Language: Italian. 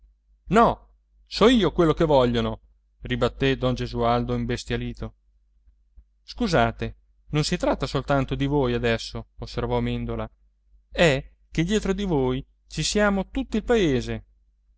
no so io quello che vogliono ribattè don gesualdo imbestialito scusate non si tratta soltanto di voi adesso osservò mèndola è che dietro di voi ci siamo tutto il paese